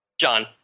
John